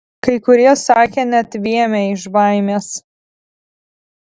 kai kurie sakė net vėmę iš baimės